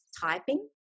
typing